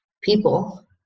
people